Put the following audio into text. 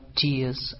tears